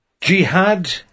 Jihad